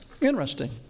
Interesting